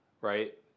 right